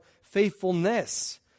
faithfulness